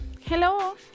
hello